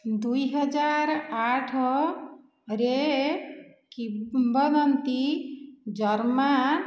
ଦୁଇହଜାର ଆଠ ରେ କିମ୍ବଦନ୍ତୀ ଜର୍ମା